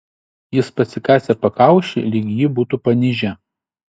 jis pasikasė pakaušį lyg jį būtų panižę